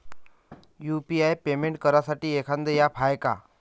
UPI payment करासाठी एखांद app हाय का?